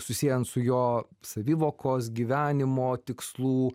susiejant su jo savivokos gyvenimo tikslų